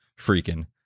freaking